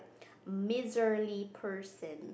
misery person